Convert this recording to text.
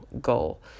goal